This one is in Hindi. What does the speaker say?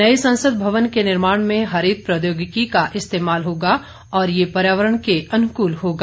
नए संसद भवन के निर्माण में हरित प्रौद्योगिकी का इस्तेमाल होगा और यह पर्यावरण के अनुकूल होगा